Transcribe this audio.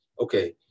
Okay